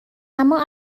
اما